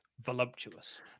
Voluptuous